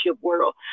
world